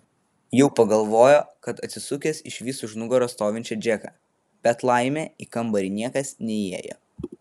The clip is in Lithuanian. jau pagalvojo kad atsisukęs išvys už nugaros stovinčią džeką bet laimė į kambarį niekas neįėjo